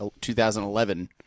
2011